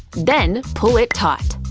then pull it taut.